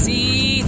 See